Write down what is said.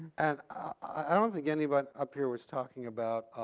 and i don't think anyone up here was talking about